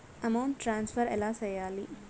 amount transfer ఎలా సేయాలి